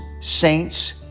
saints